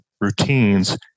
routines